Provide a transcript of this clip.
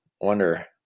wonder